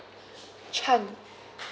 chan